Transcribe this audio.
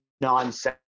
nonsense